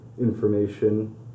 information